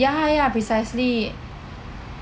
ya ya precisely